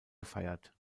gefeiert